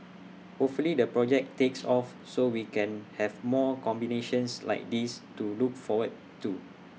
hopefully the project takes off so we can have more combinations like this to look forward to